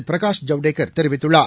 பிரகாஷ்ஜவ்டேகர்தெரிவித்துள்ளார்